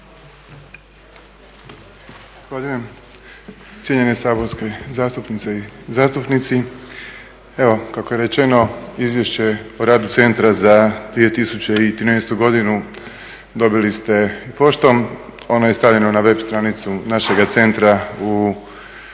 Zahvaljujem. Cijenjene saborske zastupnice i zastupnici. Evo kako je rečeno Izvješće o radu centra za 2013. godinu dobili ste poštom. Ono je stavljeno na web stranicu našega centra u širem